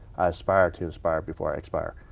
i aspire to inspire before i expire.